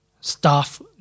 staff